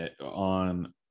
on